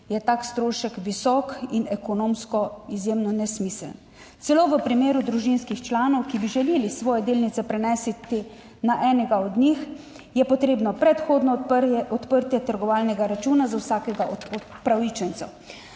je tak strošek visok in ekonomsko izjemno nesmiseln. Celo v primeru družinskih članov, ki bi želeli svoje delnice prenese na enega od njih, je potrebno predhodno odprtje trgovalnega računa za vsakega od upravičencev.